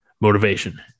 motivation